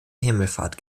himmelfahrt